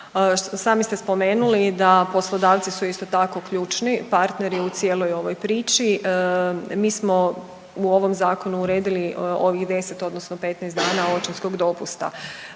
Sami ste spomenuli da poslodavci su isto tako ključni partneri u cijeloj ovoj priči. Mi smo u ovom Zakonu uredili ovih 10 odnosno 15 dana očinskog dopusta